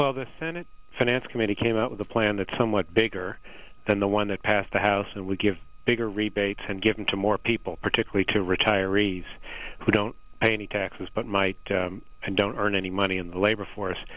well the senate finance committee came out with a plan that somewhat bigger than the one that passed the house and will give bigger rebates and given to more people particularly to retirees who don't pay any taxes but might and don't earn any money in the labor